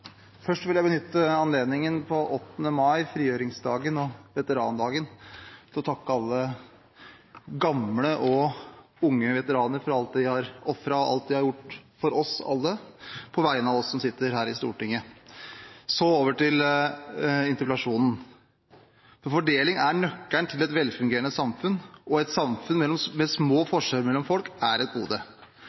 Først vil jeg benytte anledningen på 8. mai, frigjøringsdagen og veterandagen, til å takke alle gamle og unge veteraner for alt de har ofret, og alt de har gjort for oss alle, på vegne av oss som sitter her i Stortinget. Så over til interpellasjonen. Fordeling er nøkkelen til et velfungerende samfunn, og et samfunn med små forskjeller mellom folk er et gode.